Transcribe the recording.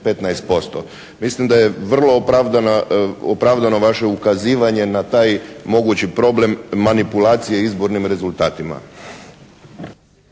15%. Mislim da je vrlo opravdano vaše ukazivanje na taj mogući problem manipulacije izbornim rezultatima.